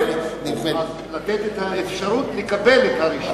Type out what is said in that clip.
לתת את האפשרות לקבל את הרשיון.